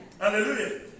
Hallelujah